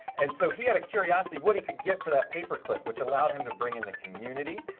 and so, he had a curiosity what he could get for that paper clip, which allowed him to bring in the community,